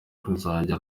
ruzajya